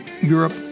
Europe